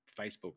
facebook